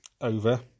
over